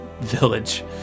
village